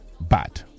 bad